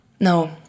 No